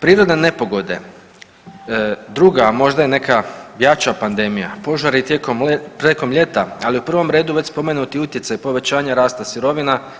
Prirodne nepogode, druga, a možda i neka jača pandemija, požari tijekom ljeta ali u prvom redu već spomenuti utjecaj povećanja rasta